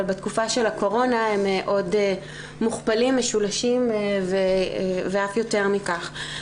אבל בתקופה של הקורונה הם עוד מוכפלים ומשולשים ואף יותר מכך.